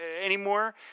anymore